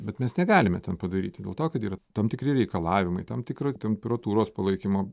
bet mes negalime ten padaryti dėl to kad yra tam tikri reikalavimai tam tikra temperatūros palaikymo